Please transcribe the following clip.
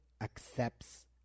accepts